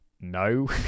no